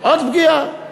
עוד פגיעה.